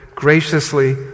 graciously